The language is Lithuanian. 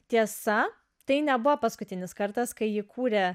tiesa tai nebuvo paskutinis kartas kai ji kūrė